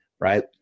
right